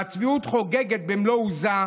הצביעות חוגגת במלוא עוזה,